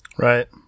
right